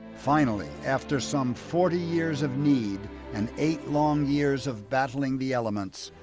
finally, after some forty years of need and eight long years of battling the elements,